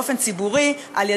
כל כך,